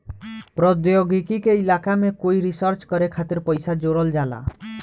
प्रौद्योगिकी के इलाका में कोई रिसर्च करे खातिर पइसा जोरल जाला